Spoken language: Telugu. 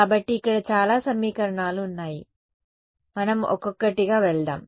కాబట్టి ఇక్కడ చాలా సమీకరణాలు ఉన్నాయి మనం ఒక్కొక్కటిగా వెళ్దాం